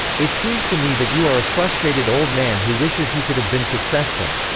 it seems to me that you are a frustrated old man who wishes he could have been successful.